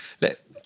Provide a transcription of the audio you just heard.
Let